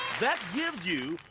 that gives you